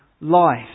life